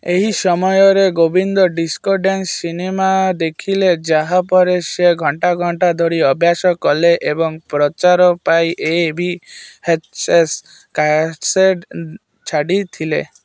ଏହି ସମୟରେ Govinda disco dance cinema ଦେଖିଲେ ଯାହା ପରେ ସେ ଘଣ୍ଟା ଘଣ୍ଟା ଧରି ଅଭ୍ୟାସ କଲେ ଏବଂ ପ୍ରଚାର ପାଇଁ ଏକ ଭି ଏଚ୍ ଏସ୍ କ୍ୟାସେଟ୍ ଛାଡ଼ିଥିଲେ